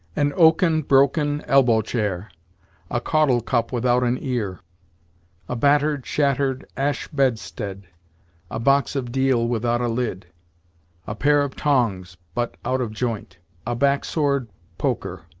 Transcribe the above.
an oaken, broken, elbow-chair a caudle-cup without an ear a battered, shattered ash bedstead a box of deal without a lid a pair of tongs, but out of joint a back-sword poker,